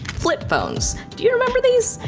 flip phones. do you remember these?